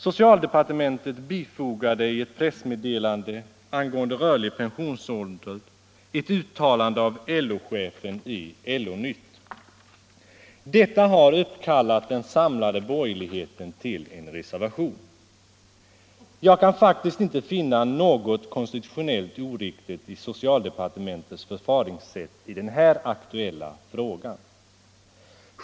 Socialdepartementet bifogade i ett pressmeddelande angående rörlig pensionsålder ett uttalande som LO chefen gjort i LO-nytt. Detta har uppkallat den samlade borgerligheten till en reservation. Jag kan faktiskt inte finna något konstitutionellt oriktigt i socialdepartementets förfaringssätt i den här aktuella frågan.